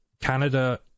Canada